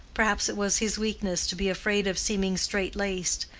perhaps it was his weakness to be afraid of seeming straight-laced,